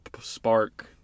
spark